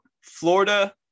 Florida